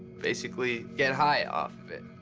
basically get high off of it.